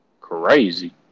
Crazy